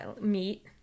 meat